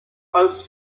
als